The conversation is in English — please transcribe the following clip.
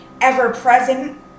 ever-present